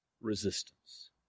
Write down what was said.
resistance